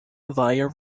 via